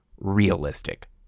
realistic